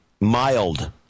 mild